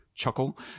chuckle